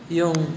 yung